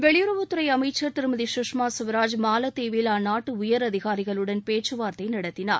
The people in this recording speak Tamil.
வெளியுறவுத் துறை அமைச்சன் திருமதி சுஷ்மா சுவராஜ் மாலத்தீவில் அந்நாட்டு உயர் அதிகாரிகளுடன் பேச்சுவார்த்தை நடத்தினார்